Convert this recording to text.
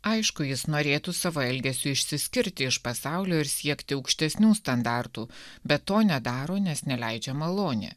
aišku jis norėtų savo elgesiu išsiskirti iš pasaulio ir siekti aukštesnių standartų bet to nedaro nes neleidžia malonė